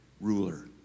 ruler